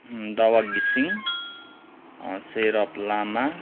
दावा घिसिङ सेरप लामा